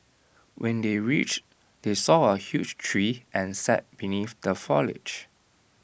when they reached they saw A huge tree and sat beneath the foliage